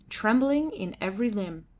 trembling in every limb.